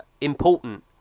important